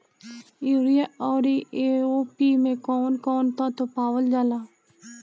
Urea औरी AOP मै कौवन कौवन तत्व पावल जाला?